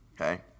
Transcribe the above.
Okay